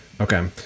Okay